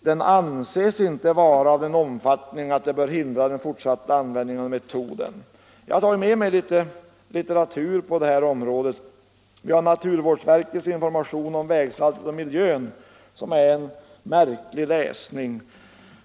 den anses inte vara av den omfattning att den bör hindra en fortsatt användning av metoden med saltning. Jag har tagit med mig litet litteratur på området. Naturvårdsverkets broschyr ”Vägsaltet och miljön” är en märklig läsning.